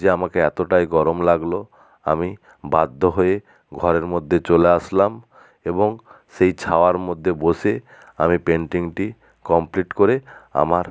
যে আমাকে এতটাই গরম লাগলো আমি বাধ্য হয়ে ঘরের মধ্যে চলে আসলাম এবং সেই ছায়ার মধ্যে বসে আমি পেন্টিংটি কমপ্লিট করে আমার